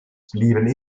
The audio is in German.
blieben